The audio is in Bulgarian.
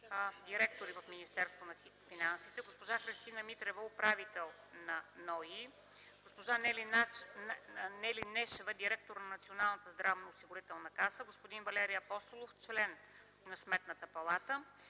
директори в Министерството на финансите; госпожа Христина Митрева – управител на НОИ; госпожа Нели Нешева – директор на Националната здравноосигурителна каса, господин Валери Апостолов – член на Сметната палата,